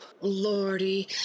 Lordy